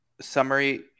summary